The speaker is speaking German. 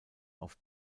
auf